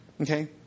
Okay